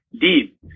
deep